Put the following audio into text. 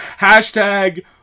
Hashtag